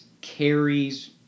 carries